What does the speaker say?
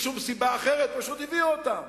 בלי שום סיבה אחרת, פשוט הביאו אותם.